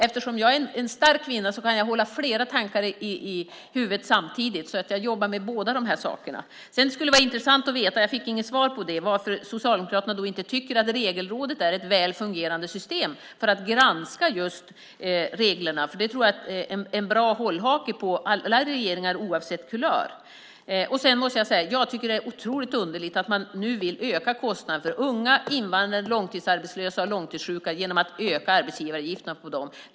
Eftersom jag är en stark kvinna kan jag hålla flera tankar i huvudet samtidigt. Jag jobbar med båda de här sakerna. Det skulle vara intressant att veta varför Socialdemokraterna inte tycker att regelrådet är ett väl fungerande system för att granska reglerna. Jag fick inget svar på det. Jag tror att det är en bra hållhake på alla regeringar oavsett kulör. Jag tycker att det är otroligt underligt att man nu vill öka kostnaden för unga, invandrare, långtidsarbetslösa och långtidssjuka genom att öka arbetsgivaravgifterna för dem.